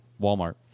Walmart